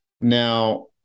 Now